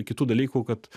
kitų dalykų kad